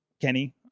Kenny